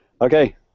okay